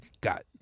got